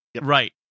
Right